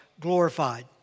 glorified